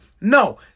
No